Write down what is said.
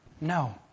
No